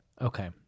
Okay